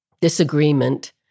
disagreement